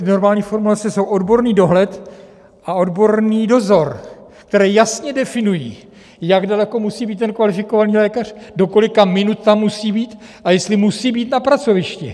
Normální formulace jsou odborný dohled a odborný dozor, které jasně definují, jak daleko musí být ten kvalifikovaný lékař, do kolika minut tam musí být a jestli musí být na pracovišti.